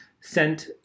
sent